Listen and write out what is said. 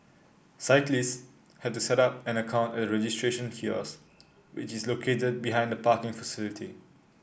cyclists have to set up an account at the registration kiosks which is located behind the parking facility